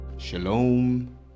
shalom